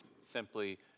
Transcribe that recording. simply